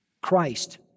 Christ